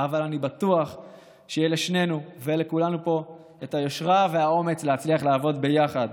אבל אני בטוח שיהיה לשנינו ולכולנו פה היושרה והאומץ להצליח לעבוד יחד,